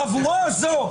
החבורה הזו,